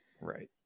Right